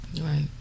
Right